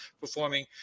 performing